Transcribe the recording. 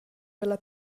dalla